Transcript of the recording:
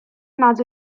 nad